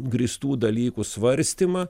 grįstų dalykų svarstymą